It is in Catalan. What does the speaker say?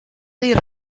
dir